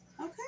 okay